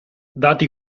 dati